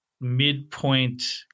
midpoint